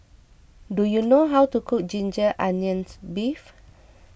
do you know how to cook Ginger Onions Beef